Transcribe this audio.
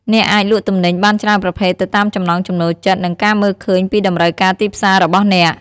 អ្នកអាចលក់ទំនិញបានច្រើនប្រភេទទៅតាមចំណង់ចំណូលចិត្ត និងការមើលឃើញពីតម្រូវការទីផ្សាររបស់អ្នក។